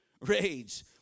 rage